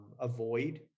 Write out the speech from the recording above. avoid